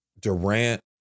Durant